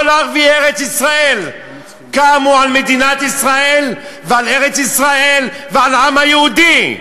כל ערביי ארץ-ישראל קמו על מדינת ישראל ועל ארץ-ישראל ועל העם היהודי.